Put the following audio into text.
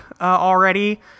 already